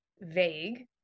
vague